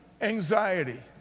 anxiety